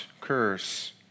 curse